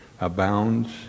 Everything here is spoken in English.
abounds